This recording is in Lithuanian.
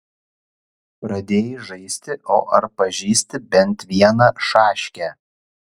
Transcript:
pradėjai žaisti o ar pažįsti bent vieną šaškę